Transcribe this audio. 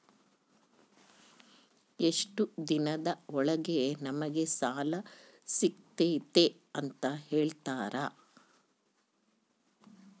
ಎಷ್ಟು ದಿನದ ಒಳಗೆ ನಮಗೆ ಸಾಲ ಸಿಗ್ತೈತೆ ಅಂತ ಹೇಳ್ತೇರಾ?